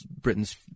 Britain's